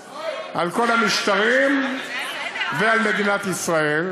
ישראל, על כל המשטרים ועל מדינת ישראל.